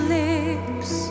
lips